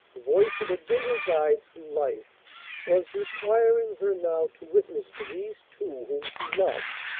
the voice that had been her guide through life was requiring her now to witness to these two whom she loved,